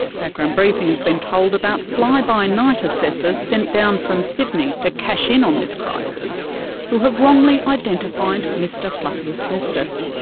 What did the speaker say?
background briefing has been told about fly by night assessors sent down from sydney to cash in on this crisis who have wrongly identified mr fluffy asbestos.